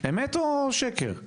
אמת או שקר?